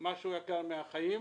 מה שיותר יקר מהחיים.